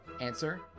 Answer